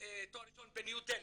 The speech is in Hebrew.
תואר ראשון בניו דלהי.